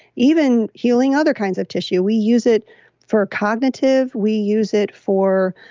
even healing other kinds of tissue. we use it for cognitive. we use it for.